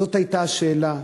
זאת הייתה השאלה,